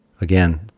Again